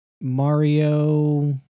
Mario